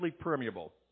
permeable